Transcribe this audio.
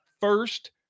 first